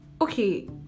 okay